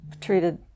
treated